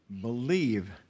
believe